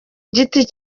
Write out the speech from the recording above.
giti